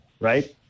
right